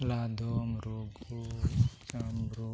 ᱞᱟᱫᱚᱢ ᱨᱩᱜᱷᱩ ᱪᱟᱢᱵᱽᱨᱩ